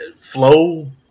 flow